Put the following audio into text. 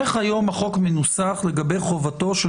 איך היום החוק מנוסח לגבי חובתו של